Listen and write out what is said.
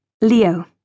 Leo